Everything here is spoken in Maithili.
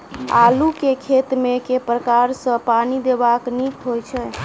आलु केँ खेत मे केँ प्रकार सँ पानि देबाक नीक होइ छै?